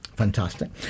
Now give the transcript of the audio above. Fantastic